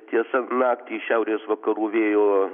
tiesa naktį šiaurės vakarų vėjo